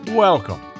Welcome